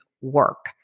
work